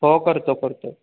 हो करतो करतो